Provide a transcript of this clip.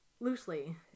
loosely